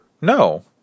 No